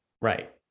Right